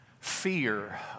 fear